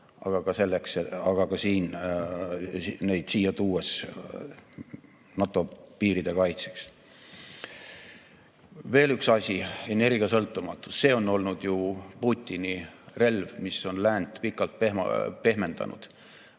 aga ka tuues neid siia NATO piiride kaitseks. Veel üks asi: energiasõltumatus. See on olnud Putini relv, mis on läänt pikalt pehmendanud.